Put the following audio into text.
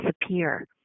disappear